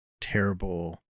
terrible